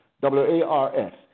W-A-R-S